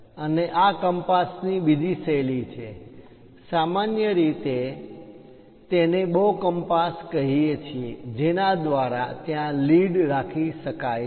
અને આ કંપાસની બીજી શૈલી છે સામાન્ય રીતે આપણે તેને બો કંપાસ કહીએ છીએ જેના દ્વારા ત્યાં લીડ રાખી શકાય છે